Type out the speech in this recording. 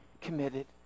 committed